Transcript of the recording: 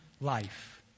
life